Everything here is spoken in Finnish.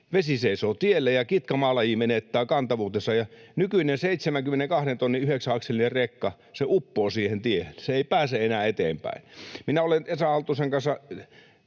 vesi seisoo tiellä ja kitkamaalaji menettää kantavuutensa. Nykyinen 72 tonnin yhdeksänakselinen rekka uppoaa siihen tiehen, se ei pääse enää eteenpäin. Minä olen Esa Halttusen kanssa,